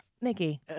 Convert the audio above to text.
Nikki